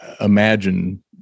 imagine